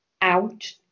out